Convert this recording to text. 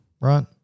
Right